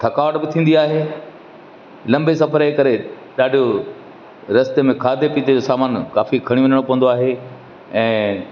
थकावट बि थींदी आहे लंबे सफ़र जे करे ॾाढो रस्ते में खाधे पीते जो सामान काफ़ी खणी वञिणो पवंदो आहे ऐं